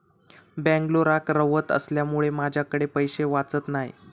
बेंगलोराक रव्हत असल्यामुळें माझ्याकडे पैशे वाचत नाय